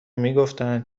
میگفتن